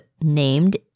named